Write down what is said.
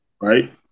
Right